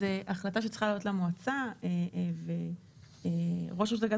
זו החלטה שצריכה לעלות למועצה וראש רשות הגז